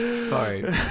Sorry